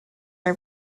are